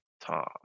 Tom